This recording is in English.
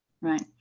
Right